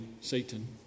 Satan